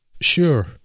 Sure